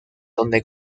donde